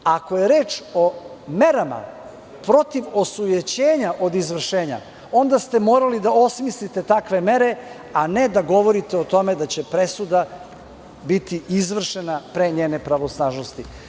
Ako je reč o merama protiv osujećenja od izvršenja onda ste morali da osmislite takve mere, a ne da govorite o tome da će presuda biti izvršena pre njene pravosnažnosti.